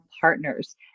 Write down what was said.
Partners